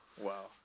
Wow